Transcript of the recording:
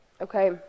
okay